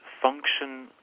function